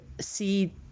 see